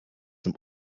zum